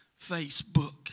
Facebook